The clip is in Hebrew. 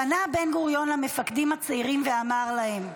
פנה בן-גוריון למפקדים הצעירים ואמר להם: